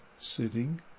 sitting